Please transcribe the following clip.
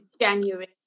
January